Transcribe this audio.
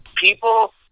people